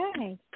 Hi